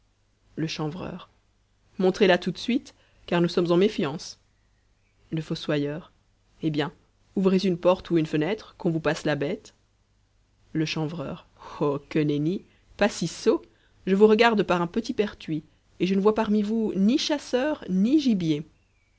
le chanvreur montrez la tout de suite car nous sommes en méfiance le fossoyeur eh bien ouvrez une porte ou une fenêtre qu'on vous passe la bête le chanvreur oh que nenni pas si sot je vous regarde par un petit pertuis et je ne vois parmi vous ni chasseurs ni gibier